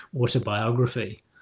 autobiography